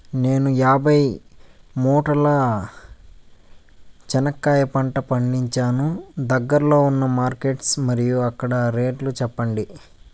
నేను యాభై మూటల చెనక్కాయ పంట పండించాను దగ్గర్లో ఉన్న మార్కెట్స్ మరియు అక్కడ రేట్లు చెప్పండి?